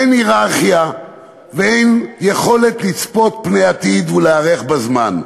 אין הייררכיה ואין יכולת לצפות פני עתיד ולהיערך בזמן.